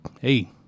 hey